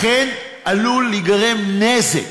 לכן עלול להיגרם נזק.